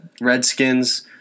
Redskins